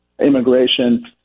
immigration